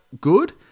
good